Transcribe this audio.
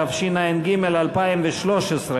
התשע"ג 2013,